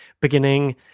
beginning